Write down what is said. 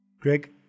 Greg